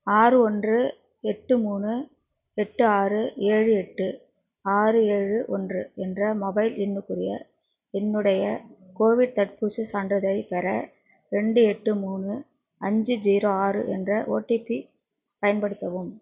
ஆறு ஒன்று எட்டு மூணு எட்டு ஆறு ஏழு எட்டு ஆறு ஏழு ஒன்று என்ற மொபைல் எண்ணுக்குரிய என்னுடைய கோவிட் தடுப்பூசிச் சான்றிதழைப் பெற ரெண்டு எட்டு மூணு அஞ்சு ஜீரோ ஆறு என்ற ஓடிபி பயன்படுத்தவும்